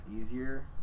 easier